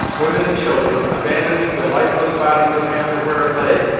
women and children, abandoning the lifeless body of the panther where it lay,